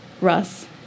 Russ